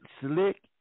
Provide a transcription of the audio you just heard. Slick